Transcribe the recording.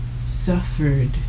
suffered